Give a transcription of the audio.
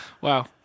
Wow